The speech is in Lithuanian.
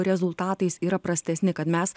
rezultatais yra prastesni kad mes